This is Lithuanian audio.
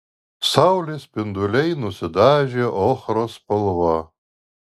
saulės spinduliai nusidažė ochros spalva